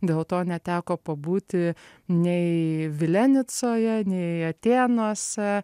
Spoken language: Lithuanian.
dėl to neteko pabūti nei vilenicoje nei atėnuose